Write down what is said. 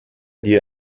dir